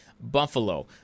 Buffalo